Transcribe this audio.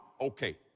Okay